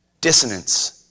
Dissonance